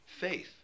Faith